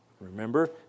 Remember